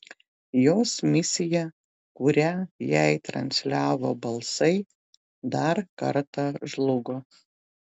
jos misija kurią jai transliavo balsai dar kartą žlugo